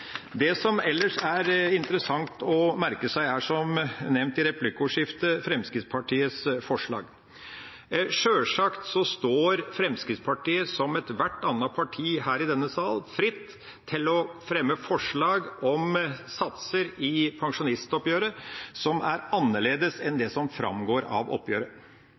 Det som ellers er interessant å merke seg, er, som nevnt i replikkordskiftet, Fremskrittspartiets forslag. Sjølsagt står Fremskrittspartiet, som ethvert annet parti her i denne sal, fritt til å fremme forslag om satser i pensjonsoppgjøret som er annerledes enn det som framgår av oppgjøret.